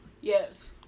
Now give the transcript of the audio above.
Yes